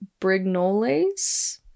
Brignoles